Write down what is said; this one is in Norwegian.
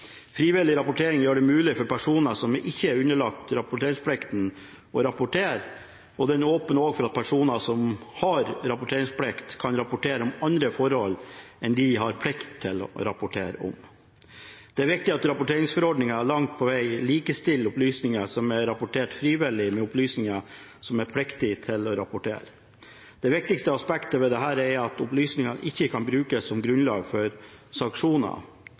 Frivillig rapportering gjør det mulig for personer som ikke er underlagt rapporteringsplikten, å rapportere, og det åpner også for at personer som har rapporteringsplikt, kan rapportere om andre forhold enn de har plikt til å rapportere om. Det er viktig at rapporteringsforordningen langt på veg likestiller opplysninger som er rapportert frivillig, med opplysninger som er pliktig å rapportere. Det viktigste aspektet med dette er at opplysningene ikke kan brukes som grunnlag for sanksjoner